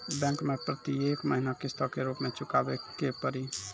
Bank मैं प्रेतियेक महीना किस्तो के रूप मे चुकाबै के पड़ी?